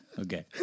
Okay